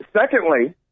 Secondly